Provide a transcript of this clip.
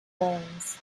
lanes